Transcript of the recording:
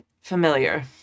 familiar